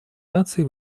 наций